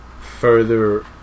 further